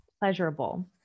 pleasurable